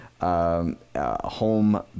Home